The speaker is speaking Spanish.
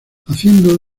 haciendo